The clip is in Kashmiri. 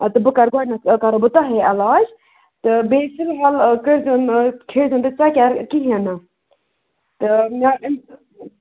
تہٕ بہٕ کَرٕ گۄڈٕنٮ۪تھ کَرو بہٕ تۄہہِ علاج تہٕ بیٚیہِ فِلحال کٔرۍزیو نہٕ کھیٚیہِ زیو نہٕ تُہۍ ژۄکٮ۪ر کِہیٖنۍ نہٕ تہٕ مےٚ